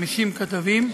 50 כתבים,